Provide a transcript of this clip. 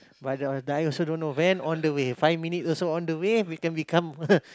but uh I also don't know when on the way five minute also on the way we can become